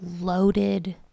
loaded